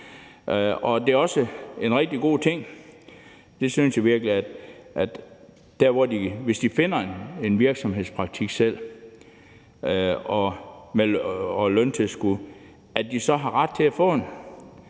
Det er også en rigtig god ting – det synes jeg virkelig – at hvis de finder en virksomhedspraktik med løntilskud, får de ret til at få den.